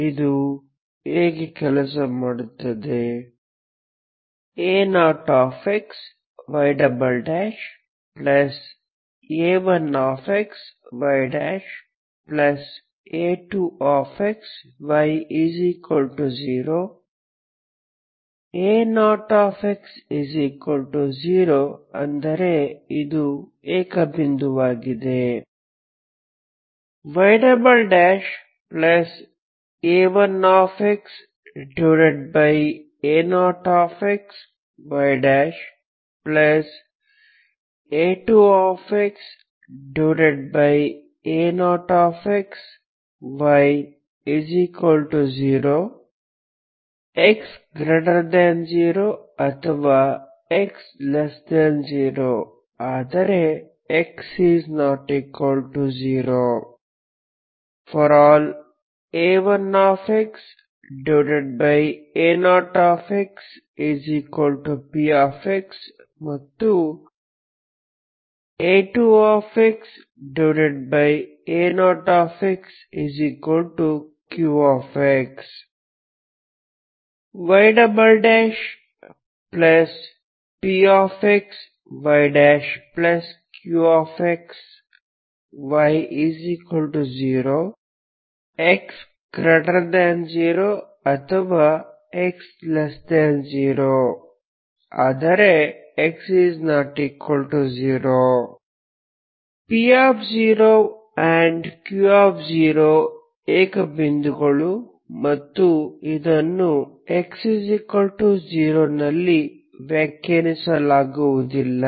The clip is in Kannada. ಇದು ಹೇಗೆ ಕೆಲಸ ಮಾಡುತ್ತದೆ a0xya1xya2xy0 a0x0 ಅಂದರೆ ಇದು ಏಕ ಬಿಂದುವಾಗಿದೆ ya1xa0xya2xa0xy0x0 ಅಥವಾ x0 ಆದರೆ x≠0 ∀ a1xa0xp ಮತ್ತುa2xa0xq ypxyqxy0 x0 ಅಥವಾ x0 ಆದರೆ x≠0 p0 q0 ಏಕ ಬಿಂದುಗಳು ಮತ್ತು ಇದನ್ನು x 0 ನಲ್ಲಿ ವ್ಯಾಖ್ಯಾನಿಸಲಾಗುವುದಿಲ್ಲ